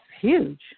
huge